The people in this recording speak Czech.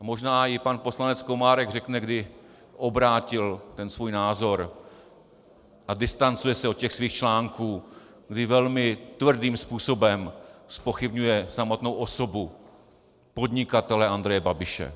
Možná i pan poslanec Komárek řekne, kdy obrátil svůj názor, a distancuje se od svých článků, kdy velmi tvrdým způsobem zpochybňuje samotnou osobu podnikatele Andreje Babiše.